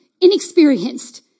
inexperienced